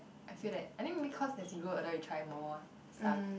I feel that I think maybe cause as you grow older you try more stuff